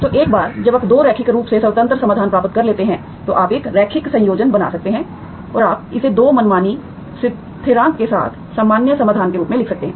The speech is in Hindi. तो एक बार जब आप 2 रैखिक रूप से स्वतंत्र समाधान प्राप्त कर लेते हैं तो आप एक रैखिक संयोजन बना सकते हैं और आप इसे 2 मनमानी स्थिरांक के साथ सामान्य समाधान के रूप में लिख सकते हैं